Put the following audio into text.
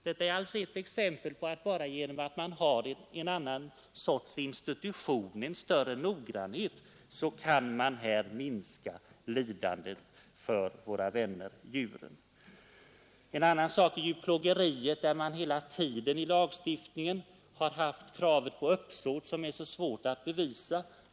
Detta är ett exempel på att man bara genom att ha en annan sorts institutionell ram, som gör att prövningen blir mera noggrann, kan minska lidandet för våra vänner djuren. Ett annat exempel är djurplågeriet, där man hittills i lagarna haft kravet på uppsåt, som är så svårt att bevisa.